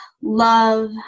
love